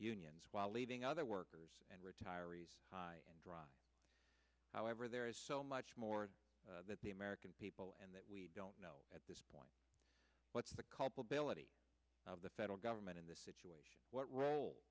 unions while leaving other workers and retirees high and dry however there is so much more that the american people and that we don't know at this point what's the culpability of the federal government in this situation what role